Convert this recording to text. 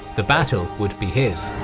the battle would be his.